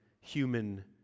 human